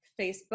Facebook